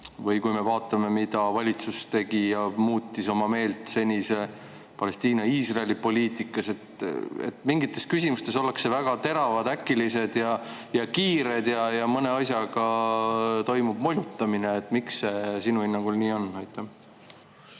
või vaatame, kuidas valitsus muutis oma meelt senise Palestiina-Iisraeli poliitika puhul, siis mingites küsimustes ollakse väga teravad, äkilised ja kiired, aga mõne asjaga toimub molutamine. Miks see sinu hinnangul nii on?